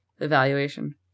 evaluation